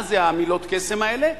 מה זה מילות הקסם האלה?